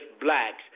blacks